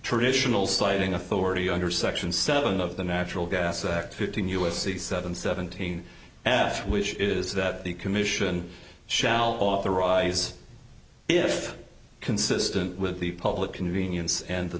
traditional sliding authority under section seven of the natural gas act fifteen u s c seven seventeen s which is that the commission shall authorize if consistent with the public convenience and